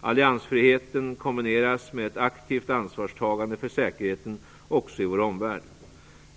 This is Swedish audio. Alliansfriheten kombineras med ett aktivt ansvarstagande för säkerheten också i vår omvärld.